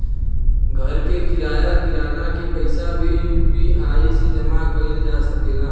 घर के किराया, किराना के पइसा भी यु.पी.आई से जामा कईल जा सकेला